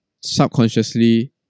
subconsciously